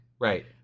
Right